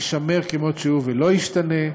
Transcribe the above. יישמר כמות שהוא ולא ישתנה.